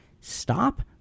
stop